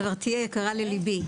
חברתי היקרה לליבי,